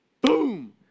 Boom